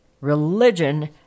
Religion